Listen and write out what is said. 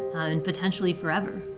and potentially forever.